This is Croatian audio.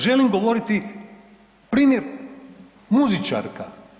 Želim govoriti primjer muzičarka.